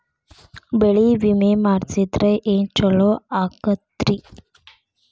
ಬೆಳಿ ವಿಮೆ ಮಾಡಿಸಿದ್ರ ಏನ್ ಛಲೋ ಆಕತ್ರಿ?